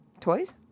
Toys